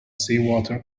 seawater